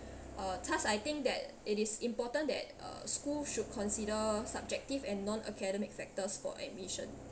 uh thus I think that it is important that uh school should consider subjective and non academic factors for admission